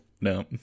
no